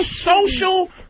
social